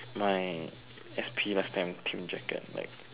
my S P last time team jacket like